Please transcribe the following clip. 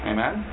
Amen